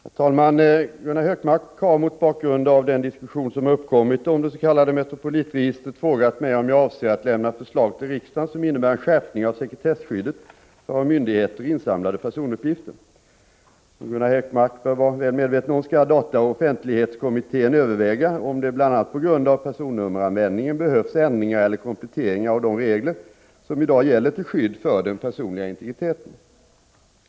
Herr talman! Gunnar Hökmark har mot bakgrund av den diskussion som har uppkommit om det s.k. Metropolitregistret frågat mig om jag avser att lämna förslag till riksdagen som innebär en skärpning av sekretesskyddet för av myndigheter insamlade personuppgifter. Som Gunnar Hökmark bör vara väl medveten om skall dataoch offentlighetskommittén överväga om det bl.a. på grund av personnummeranvändningen behövs ändringar eller kompletteringar av de regler som i dag gäller till skydd för den personliga integriteten.